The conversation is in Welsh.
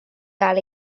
gael